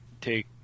take